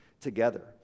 together